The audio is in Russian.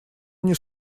они